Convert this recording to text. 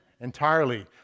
entirely